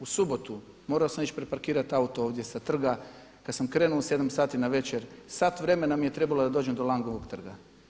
U subotu morao sam ići preparkirati auto ovdje sa trga kad sam krenuo u sedam sati navečer, sat vremena mi je trebalo da dođem do Langovog trga.